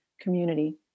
community